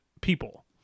people